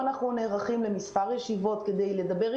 אנחנו נערכים היום לכמה ישיבות עם המסיעים.